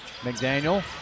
McDaniel